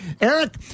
Eric